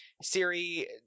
siri